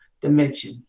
dimension